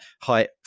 height